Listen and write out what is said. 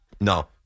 No